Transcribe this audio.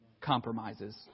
compromises